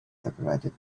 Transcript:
separated